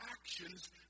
actions